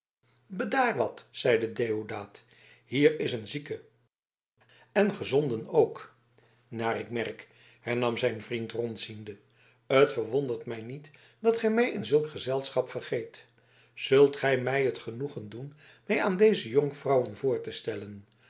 bedaar wat zeide deodaat hier is een zieke en gezonden ook naar ik merk hernam zijn vriend rondziende t verwondert mij niet dat gij mij in zulk gezelschap vergeet zult gij mij het genoegen doen mij aan deze jonkvrouwen voor te stellen